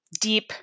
deep